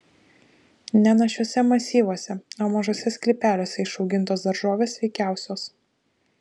ne našiuose masyvuose o mažuose sklypeliuose išaugintos daržovės sveikiausios